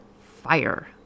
fire